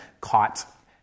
caught